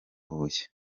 huye